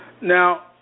Now